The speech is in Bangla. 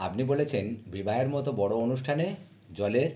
আপনি বলেছেন বিবাহের মতো বড়ো অনুষ্ঠানে জলের